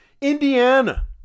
Indiana